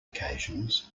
occasions